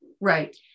Right